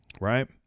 right